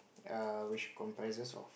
err which comprises of